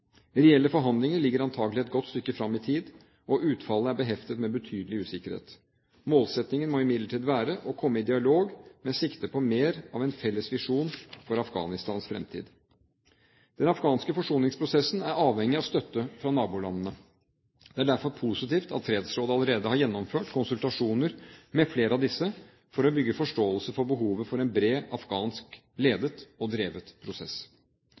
Reelle forhandlinger ligger antakelig et godt stykke fram i tid, og utfallet er beheftet med betydelig usikkerhet. Målsettingen må imidlertid være å komme i dialog med sikte på mer av en felles visjon for Afghanistans fremtid. Den afghanske forsoningsprosessen er avhengig av støtte fra nabolandene. Det er derfor positivt at fredsrådet allerede har gjennomført konsultasjoner med flere av disse for å bygge forståelse for behovet for en bred afghansk ledet og drevet prosess.